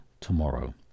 tomorrow